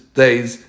days